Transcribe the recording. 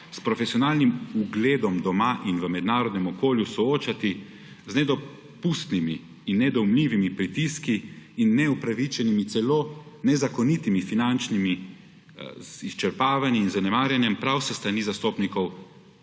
s profesionalnim ugledom doma in v mednarodnem okolju soočati z nedopustnimi in nedojemljivimi pritiski in neupravičenimi, celo nezakonitimi finančnimi izčrpavanji in zanemarjenjem prav s strani zastopnikov